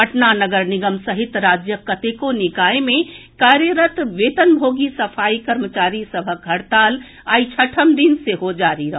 पटना नगर निगम सहित राज्यक कतेको निकाय मे कार्यरत वेतनभोगी सफाई कर्मचारी सभक हड़ताल आइ छठम दिन सेहो जारी रहल